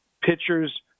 pitchers